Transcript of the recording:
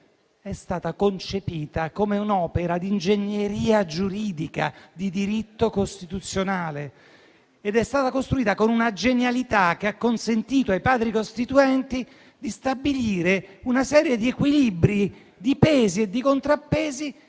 è stata concepita come un'opera di ingegneria giuridica di diritto costituzionale ed è stata costruita con una genialità che ha consentito ai Padri costituenti di stabilire una serie di equilibri, di pesi e di contrappesi